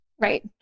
Right